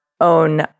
own